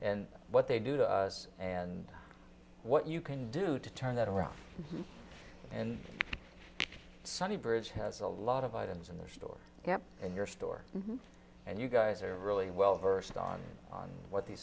in what they do to us and what you can do to turn that around and sunny bridge has a lot of items in the store in your store and you guys are really well versed on on what the